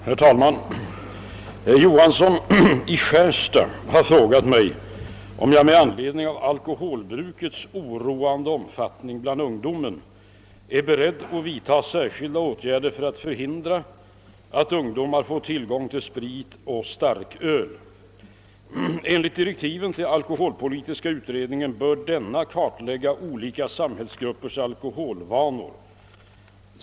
Herr talman! Herr Johansson i Skärstad har frågat mig om jag med anledning av alkoholbrukets oroande omfattning bland ungdomen är beredd vidta särskilda åtgärder för att förhindra att ungdomar får tillgång till sprit och starköl. Enligt direktiven till alkoholpolitiska utredningen bör denna kartlägga olika sambhällsgruppers alkoholvanor.